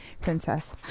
princess